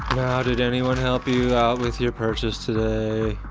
now, did anyone help you with your purchase today?